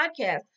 podcast